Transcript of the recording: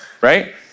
right